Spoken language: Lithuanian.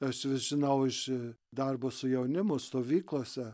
aš žinau iš darbo su jaunimu stovyklose